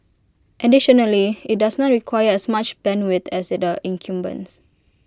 additionally IT does not require as much bandwidth as they the incumbents